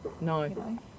no